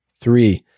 Three